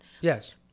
Yes